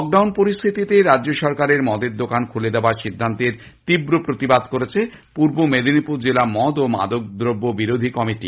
lockdown পরিস্হিতিতে রাজ্য সরকারের মদের দোকান খুলে দেওয়ার সিদ্ধান্তের তীব্র প্রতিবাদ করেছে পূর্ব মেদিনীপুর জেলা মদ ও মাদকদ্রব্য বিরোধী কমিটি